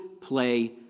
play